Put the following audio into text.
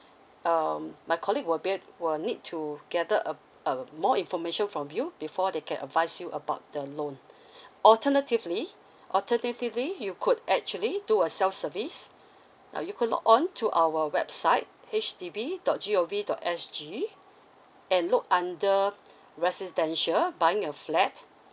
um my colleague will will need to gather uh uh more information from you before they can advise you about the loan alternatively alternatively you could actually do a self service now you could log on to our website H D B dot g o v dot s g and look under residential buying a flat